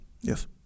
Yes